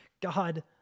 God